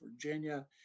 Virginia